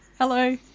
Hello